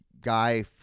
guy